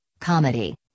Comedy